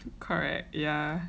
correct yeah